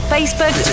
Facebook